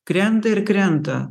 krenta ir krenta